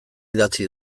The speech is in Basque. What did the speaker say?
idatzi